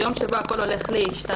יום שבו הכול הולך להשתנות,